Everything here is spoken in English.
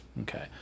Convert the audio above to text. Okay